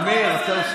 אתה רואה אותו?